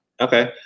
Okay